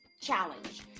challenge